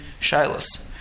shilas